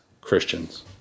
Christians